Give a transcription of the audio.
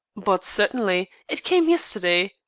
but certainly. it came yesterday.